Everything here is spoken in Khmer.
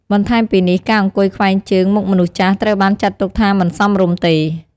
បន្ថែមពីនេះ ការអង្គុយខ្វែងជើងមុខមនុស្សចាស់ត្រូវបានចាត់ទុកថាមិនសមរម្យទេ។